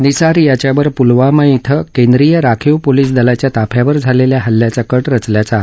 निसार याच्यावर पुलवामा इथं केंद्रीय राखीव पोलीस दलाच्या ताफ्यावर झालेल्या हल्ल्याचा कट रचल्याचा आरोप आहे